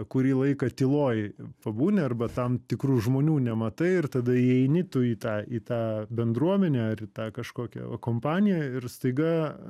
kurį laiką tyloj pabūni arba tam tikrų žmonių nematai ir tada įeini tu į tą į tą bendruomenę ar į tą kažkokią a kompaniją ir staiga